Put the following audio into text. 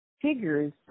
figures